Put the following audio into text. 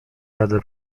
radę